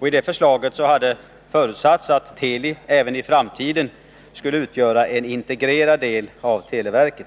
I det förslaget hade förutsatts att Teli även i framtiden skulle utgöra en integrerad del av televerket.